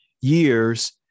years